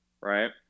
right